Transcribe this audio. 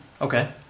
Okay